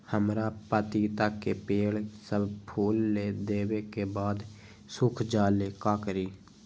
हमरा पतिता के पेड़ सब फुल देबे के बाद सुख जाले का करी?